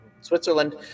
Switzerland